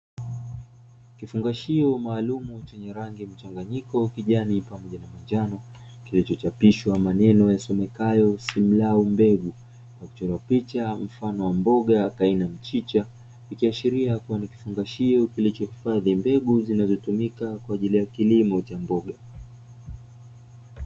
Kifungashio maalum chenye rangi mchanganyiko kijani pamoja na manjano, kilichochapishwa maneno yasomekayo *Simlau Mbegu Natural*, kikiwa na picha mfano wa mboga aina ya mchicha, ikiashiria kuwa ni kifungashio kilichohifadhi mbegu zinazotumika kwa ajili ya kilimo cha mboga.